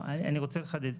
אני רוצה לחדד.